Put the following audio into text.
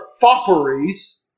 fopperies